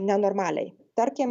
nenormaliai tarkim